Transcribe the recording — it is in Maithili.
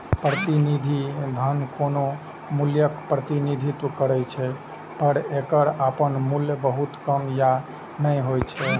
प्रतिनिधि धन कोनो मूल्यक प्रतिनिधित्व करै छै, पर एकर अपन मूल्य बहुत कम या नै होइ छै